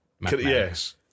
Yes